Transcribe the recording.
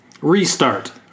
Restart